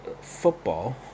football